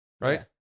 Right